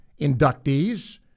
inductees